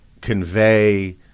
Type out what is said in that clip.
convey